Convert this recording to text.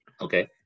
Okay